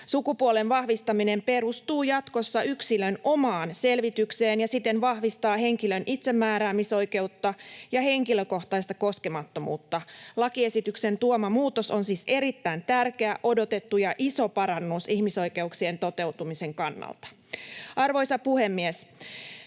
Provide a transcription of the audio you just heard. Sukupuolen vahvistaminen perustuu jatkossa yksilön omaan selvitykseen ja siten vahvistaa henkilön itsemääräämisoikeutta ja henkilökohtaista koskemattomuutta. Lakiesityksen tuoma muutos on siis erittäin tärkeä, odotettu ja iso parannus ihmisoikeuksien toteutumisen kannalta. Arvoisa puhemies!